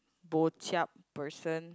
bo chup person